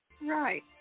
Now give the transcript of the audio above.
Right